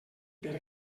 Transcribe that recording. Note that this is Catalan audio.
per